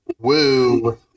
Woo